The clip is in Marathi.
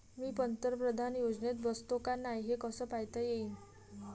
मी पंतप्रधान योजनेत बसतो का नाय, हे कस पायता येईन?